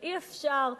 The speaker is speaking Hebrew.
אבל אי-אפשר,